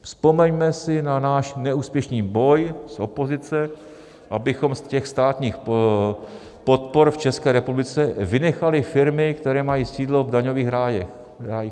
Vzpomeňme si na náš neúspěšný boj z opozice, abychom ze státních podpor v České republice vynechali firmy, které mají sídlo v daňových rájích.